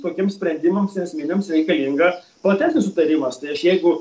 tokiems sprendimams esminiams reikalinga platesnis sutarimas tai aš jeigu